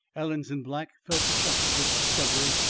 alanson black felt the shock of this discovery,